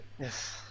Yes